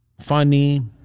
funny